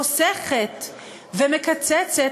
חוסכת ומקצצת,